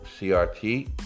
CRT